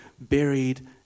buried